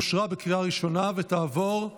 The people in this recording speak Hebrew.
לוועדה שתחליט ועדת